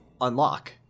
unlock